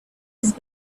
his